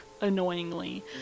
Annoyingly